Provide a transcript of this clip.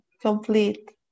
complete